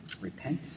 repent